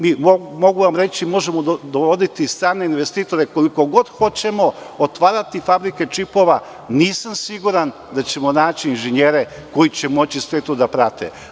Mogu vam reći, možemo dovoditi strane investitore koliko god hoćemo, otvarati fabrike čipova, nisam siguran da ćemo naći inženjere koji će moći sve to da prate.